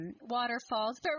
waterfalls